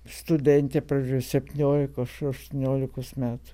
studentė pradžioje septyniolikos aštuoniolikos metų